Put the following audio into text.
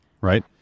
right